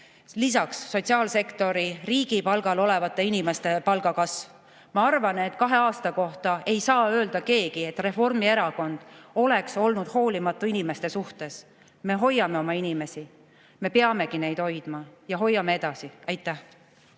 Lisaks sotsiaalsektori, riigi palgal olevate inimeste palgakasv. Ma arvan, et kahe aasta kohta ei saa öelda keegi, et Reformierakond oleks olnud hoolimatu inimeste suhtes. Me hoiame oma inimesi. Me peamegi neid hoidma ja hoiame edasi. Aitäh!